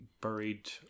buried